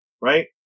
right